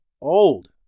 old